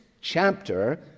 chapter